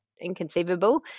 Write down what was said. inconceivable